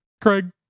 Craig